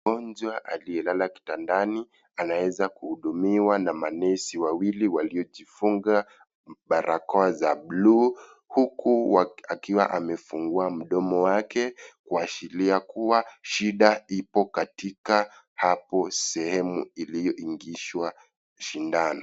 Mgonwa aliyelala kitandani anaeeza kuhudumiwa na manesi wawili waliojifunga barakoa za buluu huku akiwa amefungua mdomo wake kuashiria kuwa shida ipo katika hapo sehemu iliyoingishwa sindano.